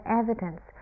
evidence